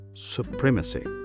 Supremacy